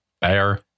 bear